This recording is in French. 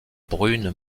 brunes